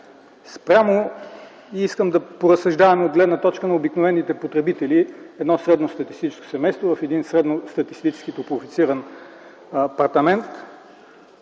така. И искам да поразсъждаваме от гледна точка на обикновените потребители – едно средностатистическо семейство в един средностатистически топлофициран апартамент.